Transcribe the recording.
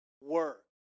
work